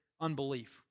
unbelief